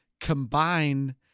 combine